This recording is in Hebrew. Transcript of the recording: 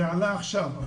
זה עלה עכשיו.